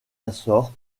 açores